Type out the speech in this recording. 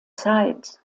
zeit